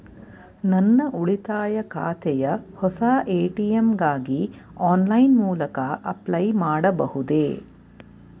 ನನ್ನ ಉಳಿತಾಯ ಖಾತೆಯ ಹೊಸ ಎ.ಟಿ.ಎಂ ಗಾಗಿ ಆನ್ಲೈನ್ ಮೂಲಕ ಅಪ್ಲೈ ಮಾಡಬಹುದೇ?